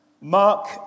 Mark